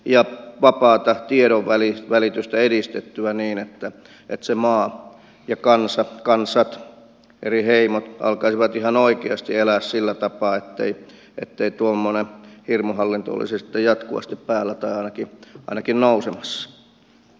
ja vapaata tiedonvälitys välitystä edistettävä niin että se maa ja kansa kansat eri heimot alkaisivat ihan oikeasti elää sillä tapaa ettei ettei tuommoinen hirmuhallinto olisi jatkuvasti päällä täälläkin ainakin nautilus